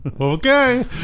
Okay